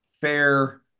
fair